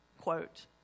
quote